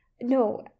No